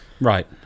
Right